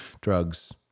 drugs